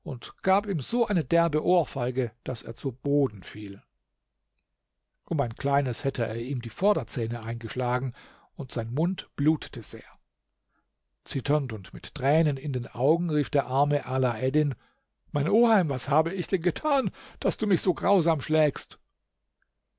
gab ihm eine so derbe ohrfeige daß er zu boden fiel um ein kleines hätte er ihm die vorderzähne eingeschlagen und sein mund blutete sehr zitternd und mit tränen in den augen rief der arme alaeddin mein oheim was habe ich denn getan daß du mich so grausam schlägst